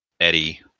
Eddie